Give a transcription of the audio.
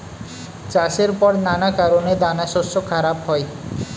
চাষের পর নানা কারণে দানাশস্য খারাপ হয়